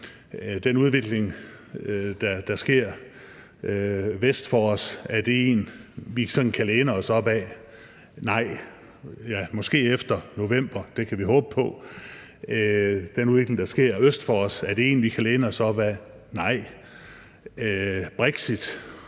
Den udvikling, der sker vest for os, er det en, vi sådan kan læne os op ad? Nej – måske efter november, det kan vi håbe på. Den udvikling, der sker øst for os, er det en, vi kan læne os op ad? Nej. Er Brexit